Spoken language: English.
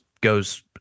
goes